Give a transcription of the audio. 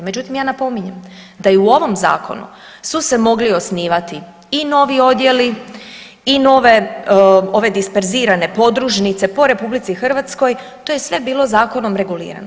Međutim, ja napominjem da i u ovom zakonu su se mogli osnivati i novi odjeli i nove ove disperzirane podružnice po RH, to je sve bilo zakonom regulirano.